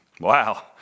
Wow